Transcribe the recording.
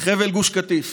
חבל גוש קטיף